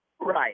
Right